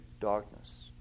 darkness